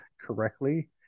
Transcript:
correctly